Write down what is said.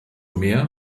mehr